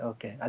Okay